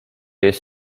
jest